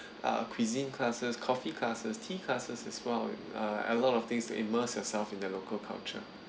uh cuisine classes coffee classes tea classes as well uh a lot of things to immerse yourself in the local culture